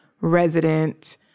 resident